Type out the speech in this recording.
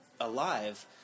alive